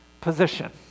position